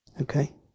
Okay